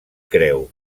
creu